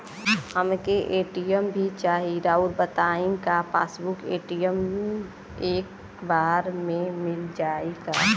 हमके ए.टी.एम भी चाही राउर बताई का पासबुक और ए.टी.एम एके बार में मील जाई का?